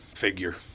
figure